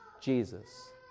Jesus